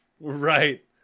Right